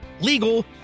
legal